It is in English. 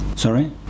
Sorry